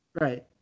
Right